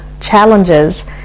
challenges